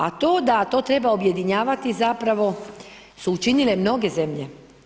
A to da to treba objedinjavati zapravo su učinile mnoge zemlje.